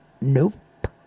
Nope